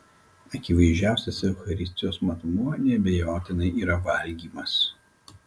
akivaizdžiausias eucharistijos matmuo neabejotinai yra valgymas